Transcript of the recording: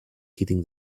hitting